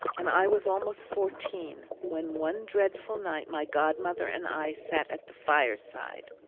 and i was almost fourteen, when one dreadful night my godmother and i sat at the fireside.